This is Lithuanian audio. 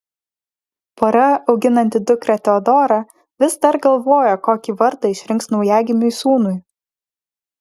pora auginanti dukrą teodorą vis dar galvoja kokį vardą išrinks naujagimiui sūnui